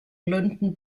london